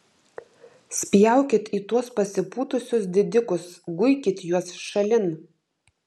spjaukit į tuos pasipūtusius didikus guikit juos šalin